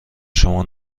شما